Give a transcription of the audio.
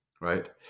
right